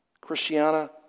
Christiana